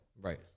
right